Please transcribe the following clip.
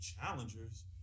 challengers